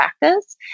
practice